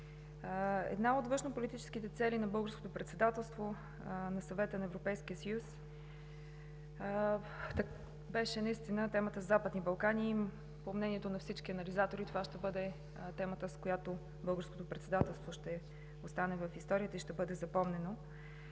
Една от външнополитическите цели на Българското председателство на Съвета на Европейския съюз беше темата за Западните Балкани. По мнението на всички анализатори това ще бъде темата, с която Българското председателство ще остане в историята и ще бъде запомнено.